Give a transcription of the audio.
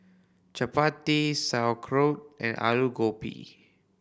Chapati Sauerkraut and Alu Gobi